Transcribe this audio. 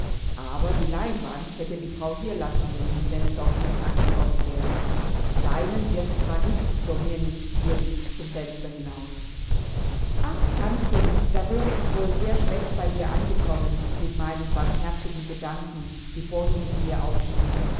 aber die leinwand hätte die frau hier lassen müssen wenn es auf mich angekommen wäre leinen wirft man nicht so mir nichts dir nichts zum fenster hinaus ach tantchen da wäre ich wohl sehr schlecht bei dir angekommen mit meinen barmherzigen gedanken die vorhin in mir aufstiegen